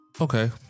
Okay